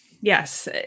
Yes